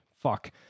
fuck